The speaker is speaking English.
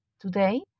Today